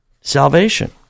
salvation